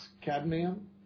cadmium